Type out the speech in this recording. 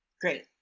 Great